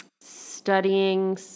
studying